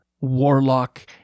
warlock